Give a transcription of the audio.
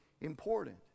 important